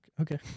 Okay